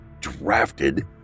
drafted